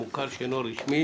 המוכר שאינו רשמי,